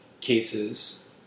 cases